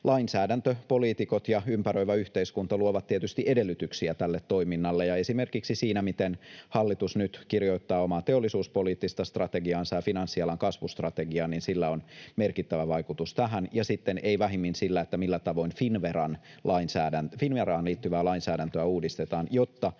lainsäädäntö, poliitikot ja ympäröivä yhteiskunta luovat tietysti edellytyksiä tälle toiminnalle. Ja esimerkiksi sillä, miten hallitus nyt kirjoittaa omaa teollisuuspoliittista strategiaansa ja finanssialan kasvustrategiaa, on merkittävä vaikutus tähän — ja sitten ei vähimmin sillä, millä tavoin Finnveraan liittyvää lainsäädäntöä uudistetaan, jotta